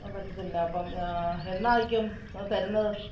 പറ്റത്തില്ല അപ്പോള് എന്നായിരിക്കും അത് തരുന്നത്